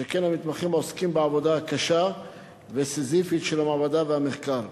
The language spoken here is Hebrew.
שכן המתמחים עוסקים בעבודה הקשה והסיזיפית של המעבדה והמחקר.